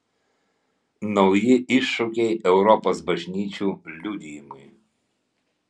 nauji iššūkiai europos bažnyčių liudijimui